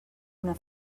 una